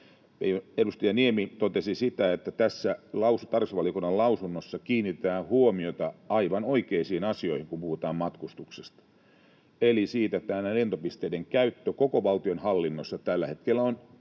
Edustaja Niemi totesi, että tarkastusvaliokunnan mietinnössä kiinnitetään huomiota aivan oikeisiin asioihin, kun puhutaan matkustuksesta eli siitä, että näiden lentopisteiden käytössä koko valtionhallinnossa ei ole hyvää